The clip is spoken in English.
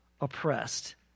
oppressed